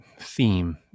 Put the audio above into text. theme